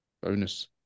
bonus